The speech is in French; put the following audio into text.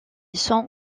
sont